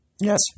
Yes